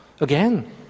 Again